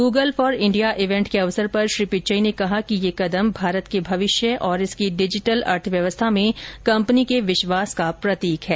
Google for India event के अवसर पर श्री पिच्चई ने कहा कि यह कदम भारत के भविष्य और इसकी डिजिटल अर्थव्यवस्था में कंपनी के विश्वास का प्रतीक है